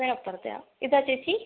ഇതിന് അപ്പുറത്തെയോ ഇതാണോ ചേച്ചി